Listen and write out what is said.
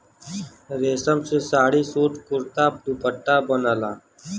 रेशम से साड़ी, सूट, कुरता, दुपट्टा बनला